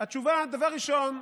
דבר ראשון,